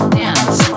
dance